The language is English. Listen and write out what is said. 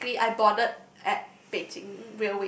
so basically I boarded at Beijing